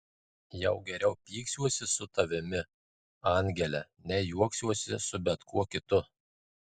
jau geriau pyksiuosi su tavimi angele nei juoksiuosi su bet kuo kitu